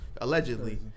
Allegedly